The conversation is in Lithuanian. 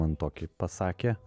man tokį pasakė